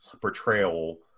portrayal